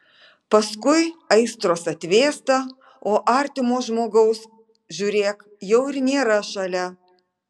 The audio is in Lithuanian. paskui aistros atvėsta o artimo žmogaus žiūrėk jau ir nėra šalia